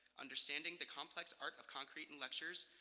understanding the complex art of concrete in lectures,